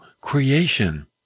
creation